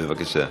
בבקשה.